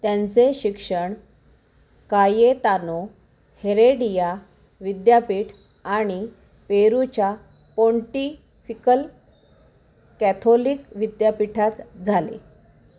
त्यांचे शिक्षण Cayetano Heredia विद्यापीठ आणि पेरूच्या पोंटिफिकल कॅथोलिक विद्यापीठात झाले